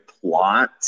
plot